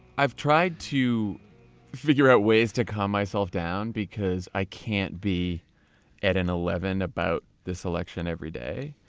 i've tried to figure out ways to calm myself down, because i can't be at an eleven about this election every day.